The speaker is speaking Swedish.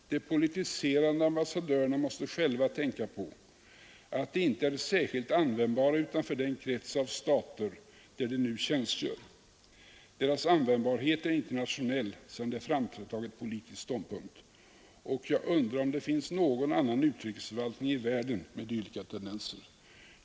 De politiserande ambassadörerna måste själva tänka på att de inte är särskilt användbara utanför den krets av stater där de nu tjänstgör. Deras användbarhet är inte internationell sedan de framträtt och tagit politisk ståndpunkt. Och jag undrar om det finns någon annan utrikesförvaltning i världen med dylika tendenser.